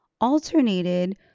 alternated